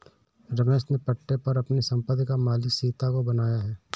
रमेश ने पट्टे पर अपनी संपत्ति का मालिक सीता को बनाया है